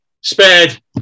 spared